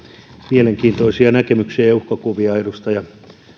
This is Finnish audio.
mielenkiintoisia näkemyksiä ja uhkakuvia edustaja